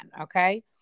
okay